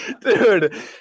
dude